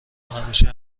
همیشه